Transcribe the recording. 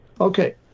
Okay